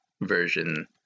version